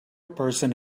person